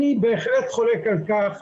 אני בהחלט חולק על כך,